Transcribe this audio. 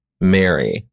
Mary